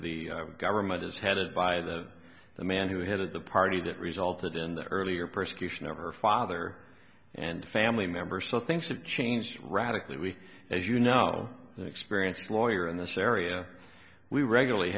the government is headed by the the man who headed the party that resulted in the earlier persecution of her father and family members so things have changed radically we as you know experienced lawyer in this area we regularly